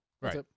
Right